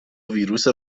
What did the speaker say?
ویروس